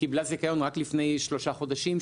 שקיבלה זיכיון רק לפני שלושה חודשים,